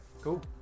Cool